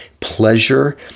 pleasure